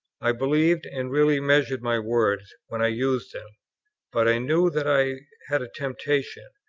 i believed, and really measured, my words, when i used them but i knew that i had a temptation,